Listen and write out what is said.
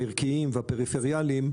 הערכיים והפריפריאליים,